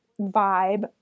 vibe